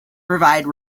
provide